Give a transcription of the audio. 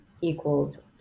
equals